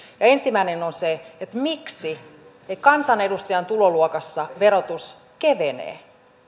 ensimmäinen on se miksi kansanedustajan tuloluokassa verotus kevenee